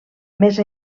més